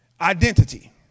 identity